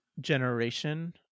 generation